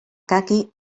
caqui